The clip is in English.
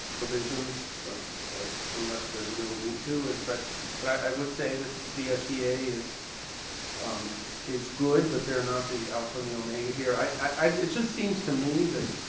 provisions unless there's a real need to and but but i would say that vsba is um is good but they're not the alpha in the omega here i just seems to me that